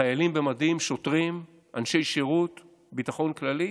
חיילים במדים, שוטרים, אנשי שירות ביטחון כללי,